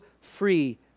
free